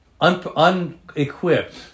unequipped